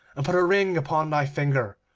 and put a ring upon thy finger,